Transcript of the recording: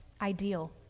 ideal